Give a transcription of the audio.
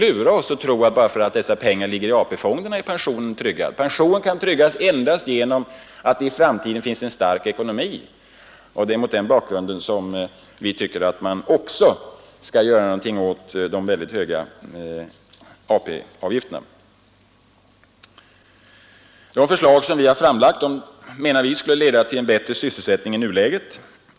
Vi skall inte lura oss dessa pengar ligger i AP-fonderna är pensionen tryggad! Pensionerna kan tryggas endast genom att det i framtiden finns en stark ekonomi, och det är mot den bakgrunden vi anser att man också bör göra någonting åt de mycket höga AP-avgifterna. De förslag vi har framlagt menar vi skulle leda till bättre sysselsättning i nuläget.